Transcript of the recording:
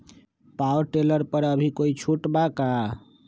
Power tiller पर अभी कोई छुट बा का?